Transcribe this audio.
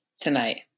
tonight